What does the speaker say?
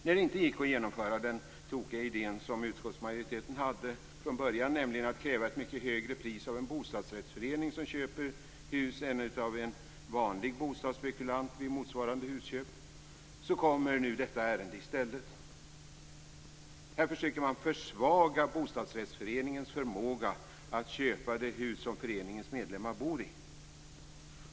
När det inte gick att genomföra den tokiga idé som utskottsmajoriteten hade från början, nämligen att kräva ett mycket högre pris av en bostadsrättsförening som köper hus än av en vanlig bostadsspekulant vid motsvarande husköp, kommer nu detta i stället. Här försöker man försvaga bostadsrättsföreningens förmåga att köpa de hus som föreningens medlemmar bor i.